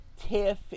TIFF